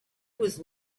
was